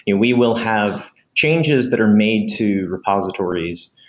and we will have changes that are made to repositories,